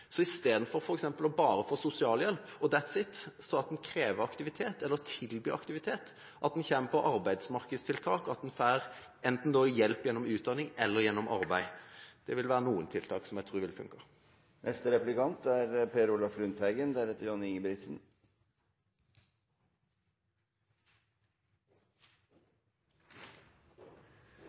istedenfor at man bare får sosialhjelp og «that’s it», kreve aktivitet eller tilby aktivitet, at en kommer på arbeidsmarkedstiltak, og at en får hjelp enten gjennom utdanning eller gjennom arbeid. Det vil være noen tiltak som jeg tror vil